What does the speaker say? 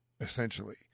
essentially –